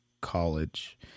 college